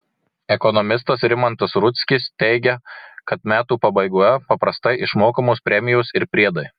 ekonomistas rimantas rudzkis teigia kad metų pabaigoje paprastai išmokamos premijos ir priedai